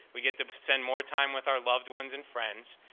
we get to spend more time with our loved ones and friends,